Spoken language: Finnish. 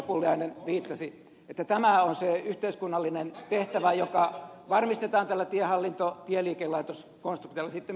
pulliainen viittasi tämä on se yhteiskunnallinen tehtävä joka varmistetaan tällä tiehallintotieliikelaitos konstruktiolla